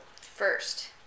First